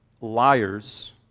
liars